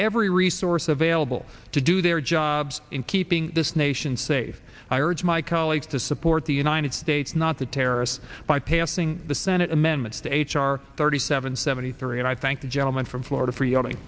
every resource available to do their jobs in keeping this nation safe i urge my colleagues to support the united states not the terrorists by passing the senate amendments to h r thirty seven seventy three and i thank the gentleman from florida for yelling